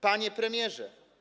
Panie Premierze!